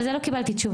על זה לא קיבלתי תשובה.